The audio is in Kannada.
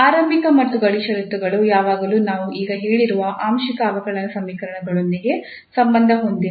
ಆರಂಭಿಕ ಮತ್ತು ಗಡಿ ಷರತ್ತುಗಳು ಯಾವಾಗಲೂ ನಾವು ಈಗ ಹೇಳಿರುವ ಆಂಶಿಕ ಅವಕಲನ ಸಮೀಕರಣಗಳೊಂದಿಗೆ ಸಂಬಂಧ ಹೊಂದಿವೆ